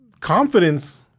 confidence